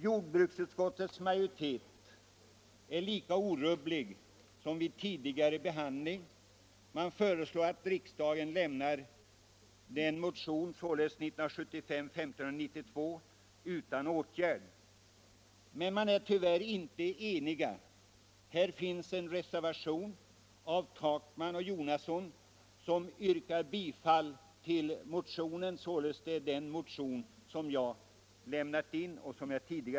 Jordbruksutskottets majoritet är lika orubblig som vid tidigare behandling. Man föreslår att riksdagen lämnar motionen 1592 utan åtgärd. Men utskottet är inte enigt. Här finns en reservation av herrar Jonasson och Takman, som yrkar bifall till motionen.